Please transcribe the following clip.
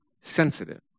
sensitive